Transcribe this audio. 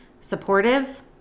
supportive